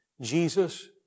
Jesus